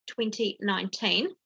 2019